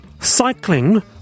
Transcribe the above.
cycling